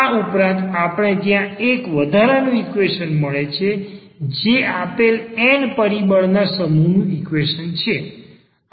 આ ઉપરાંત આપણે ત્યાં એક વધારાનું ઈક્વેશન મળે કે જે આપેલ n પરિબળ ના સમુહ નું ઈક્વેશન છે